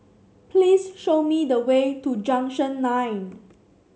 please show me the way to Junction Nine